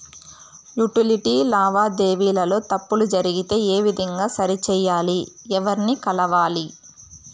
Utility లావాదేవీల లో తప్పులు జరిగితే ఏ విధంగా సరిచెయ్యాలి? ఎవర్ని కలవాలి?